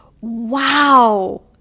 Wow